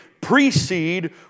precede